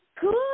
good